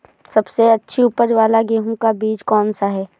सबसे अच्छी उपज वाला गेहूँ का बीज कौन सा है?